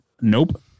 Nope